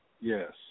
Yes